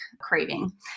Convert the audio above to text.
craving